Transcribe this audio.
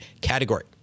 category